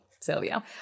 Sylvia